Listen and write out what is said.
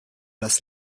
das